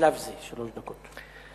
בשלב זה שלוש דקות.